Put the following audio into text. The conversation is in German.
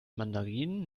mandarinen